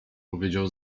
powiedział